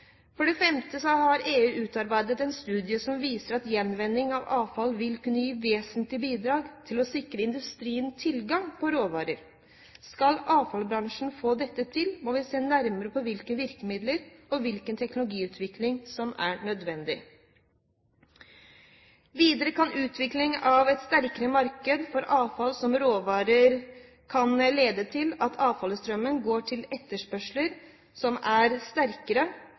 EU har utarbeidet en studie som viser at gjenvinning av avfall vil kunne gi vesentlige bidrag til å sikre industrien tilgang på råvarer. Skal avfallsbransjen få dette til, må vi se nærmere på hvilke virkemidler og hvilken teknologiutvikling som er nødvendig. Punkt 6: Videre kan utvikling av et sterkere marked for avfall som råvare lede til at avfallsstrømmen går dit etterspørselen er